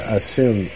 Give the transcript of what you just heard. assume